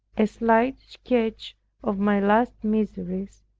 a slight sketch of my last miseries,